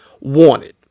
wanted